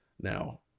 now